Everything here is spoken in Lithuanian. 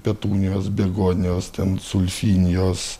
petunijos begonijos ten sulfinijos